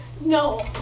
No